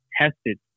tested